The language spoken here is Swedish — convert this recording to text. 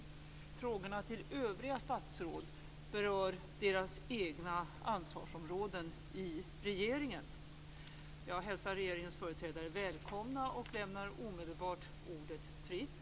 Frågor till övriga statsråd bör beröra deras ansvarsområden i regeringen. Jag hälsar regeringens företrädare välkomna och lämnar omedelbart ordet fritt.